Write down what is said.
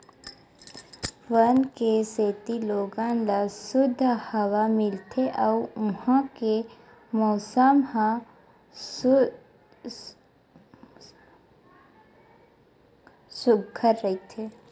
वन के सेती लोगन ल सुद्ध हवा मिलथे अउ उहां के मउसम ह सुग्घर रहिथे